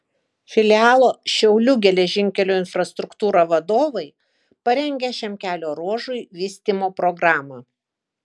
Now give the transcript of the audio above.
filialo šiaulių geležinkelių infrastruktūra vadovai parengė šiam kelio ruožui vystymo programą